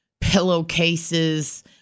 pillowcases